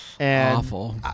Awful